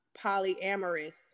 polyamorous